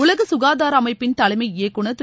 உலக கசுகாதார அமைப்பிள் தலைமை இயக்குநர் திரு